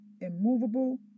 immovable